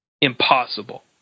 impossible